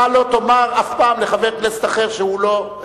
אתה לא תאמר אף פעם לחבר כנסת אחר שהוא לא,